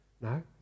No